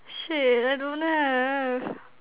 shit I don't have